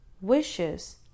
wishes